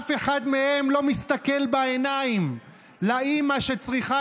אף אחד לא מסתכל בעיניים לאימא שצריכה